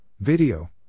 Video